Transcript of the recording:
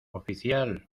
oficial